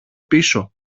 πίσω